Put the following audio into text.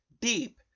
deep